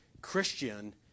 Christian